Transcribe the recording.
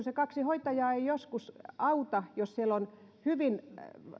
se kaksi hoitajaa ei joskus auta jos siellä on hyvin